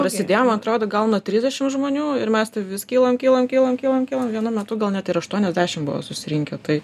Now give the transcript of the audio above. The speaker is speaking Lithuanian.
prasidėjo man atrodo gal nuo tridešim žmonių ir mes taip vis kylam kylam kylam kylam kylam vienu metu gal net ir aštuoniasdešim buvo susirinkę tai